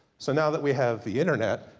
so now that we have the internet,